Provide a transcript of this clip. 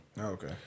Okay